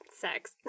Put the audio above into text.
sex